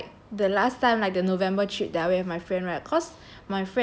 oh ya and like the last time like the november trip that I went with my friend right